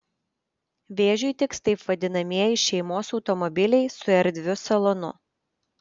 vėžiui tiks taip vadinamieji šeimos automobiliai su erdviu salonu